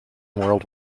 world